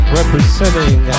representing